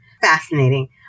fascinating